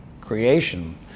creation